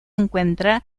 encuentra